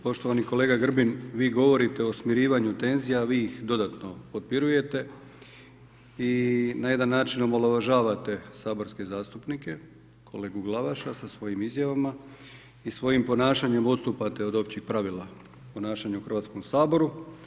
Poštovani kolega Grbin vi govorite o smirivanju tenzija, a vi ih dodatno podpirujete i na jedan način omalovažavate saborske zastupnike, kolegu Glavaša sa svojim izjavama i svojim ponašanjem odstupate od općih pravila o ponašanju u Hrvatskom saboru.